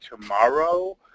tomorrow